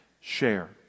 share